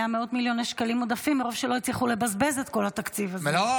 היו מאות מיליוני שקלים עודפים מרוב שלא הצליחו לבזבז את כל התקציב הזה.